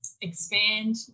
expand